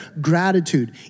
Gratitude